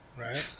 Right